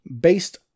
based